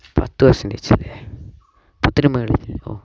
പത്ത് പെർസെൻ്റേജല്ലേ പത്തിനു മുകളിലല്ലേ ഓഹ്